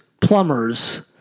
plumbers